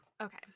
Okay